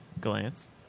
Glance